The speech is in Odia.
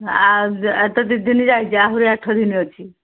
ଆଉ ଏବେ ଦୁଇ ଦିନ ଯାଇଛି ଆହୁରି ଆଠ ଦିନ ଅଛି